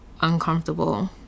uncomfortable